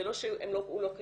זה לא שהוא לא קיים,